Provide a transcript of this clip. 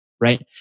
right